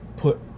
put